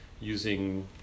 using